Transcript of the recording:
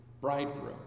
bridegroom